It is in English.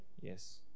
yes